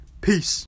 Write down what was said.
Peace